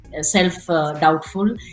self-doubtful